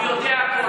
הוא יודע הכול,